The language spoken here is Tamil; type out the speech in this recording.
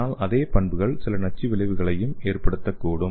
ஆனால் அதே பண்புகள் சில நச்சு விளைவுகளையும் ஏற்படுத்தும்